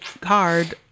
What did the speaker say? card